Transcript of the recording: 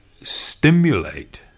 stimulate